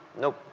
nope.